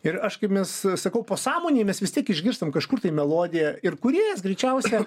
ir aš kaip mes sakau pasąmonėj mes vis tiek išgirstam kažkur tai melodiją ir kūrėjas greičiausia